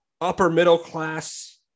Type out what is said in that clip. upper-middle-class